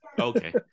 Okay